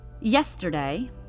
Yesterday